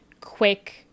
quick